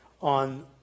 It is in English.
on